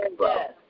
yes